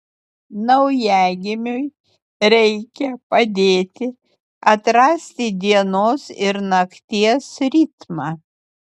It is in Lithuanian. naujagimiui reikia padėti atrasti dienos ir nakties ritmą